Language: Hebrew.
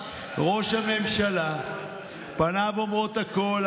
ראש הממשלה, פניו אומרות הכול.